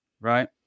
Right